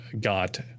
got